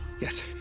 Yes